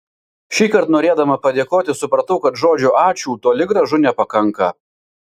šįkart norėdama padėkoti supratau kad žodžio ačiū toli gražu nepakanka